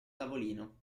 tavolino